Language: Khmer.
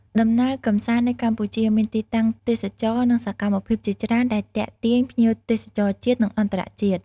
ដំណើរកំសាន្តនៅកម្ពុជា មានទីតាំងទេសចរណ៍និងសកម្មភាពជាច្រើនដែលទាក់ទាញភ្ញៀវទេសចរជាតិ និងអន្តរជាតិ។